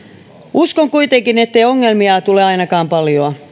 uskon kuitenkin ettei ongelmia tule ainakaan paljoa